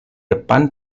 depan